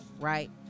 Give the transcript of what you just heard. right